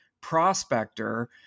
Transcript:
prospector